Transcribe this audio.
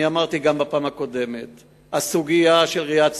אמרתי גם בפעם הקודמת שהסוגיה של ראאד סלאח,